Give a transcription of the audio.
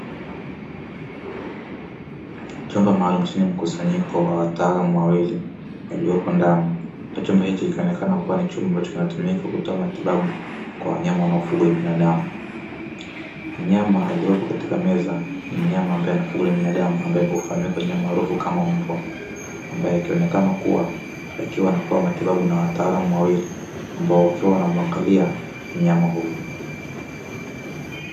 Chumba maalamu chenye mkusanyiko wa wataalamu wawili waliopo ndani, chumba hichi kinaonekana kuwa ni chumba, ambacho kinatumika kutoa matibabu kwa wanyama wanaofugwa na binadamu, mnyama aliyopo katika meza ni mnyama ambae anafugwa na binadamu ambae hufahamika kwa jina maarufu kama mbwa ambae akionekana kuwa akiwa anapewa matibabu na wataalamu wawili ambao wakiwa wanamuangalia mnyama huyu.